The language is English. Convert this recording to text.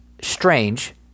strange